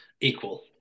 equal